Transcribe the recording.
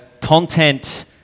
content